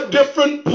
different